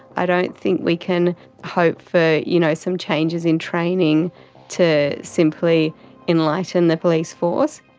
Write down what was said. i don't think we can hope for you know some changes in training to simply enlighten the police force.